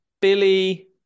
Billy